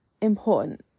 important